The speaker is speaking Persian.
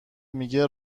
میگه